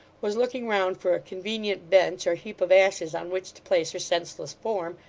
was looking round for a convenient bench or heap of ashes on which to place her senseless form,